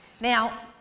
Now